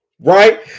right